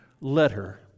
letter